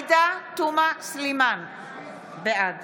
בעד